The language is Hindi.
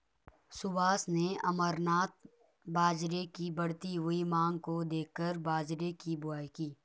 सुभाष ने अमरनाथ बाजरे की बढ़ती हुई मांग को देखकर बाजरे की बुवाई की